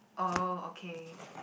oh okay